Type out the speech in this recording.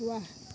वाह